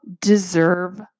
deserve